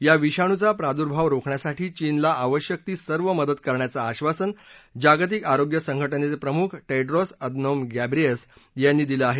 या विषाणूचा प्रादुर्भाव रोखण्यासाठी चीनला आवश्यक ती सर्व मदत करण्याचं आधासन जागतिक आरोग्य संघटनेचे प्रमुख टेड्रोस अदनोम गॅब्रियस यांनी दिलं आहे